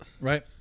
Right